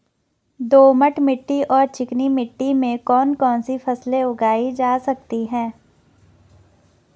दोमट मिट्टी और चिकनी मिट्टी में कौन कौन सी फसलें उगाई जा सकती हैं?